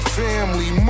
family